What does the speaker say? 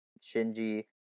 Shinji